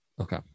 Okay